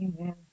Amen